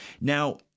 Now